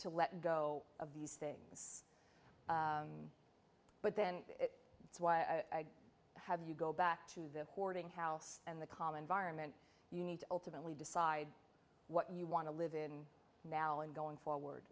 to let go of these things but then that's why i have you go back to the boarding house and the common vironment you need to ultimately decide what you want to live in malang going forward